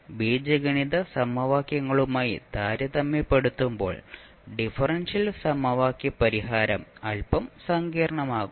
ബീജഗണിത സമവാക്യങ്ങളുമായി താരതമ്യപ്പെടുത്തുമ്പോൾ ഡിഫറൻഷ്യൽ സമവാക്യ പരിഹാരം അൽപ്പം സങ്കീർണ്ണമാകും